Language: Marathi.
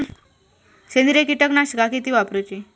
सेंद्रिय कीटकनाशका किती वापरूची?